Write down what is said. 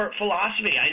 philosophy